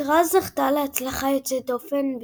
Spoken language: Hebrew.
הסדרה זכתה להצלחה יוצאת דופן,